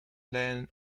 land